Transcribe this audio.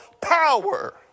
power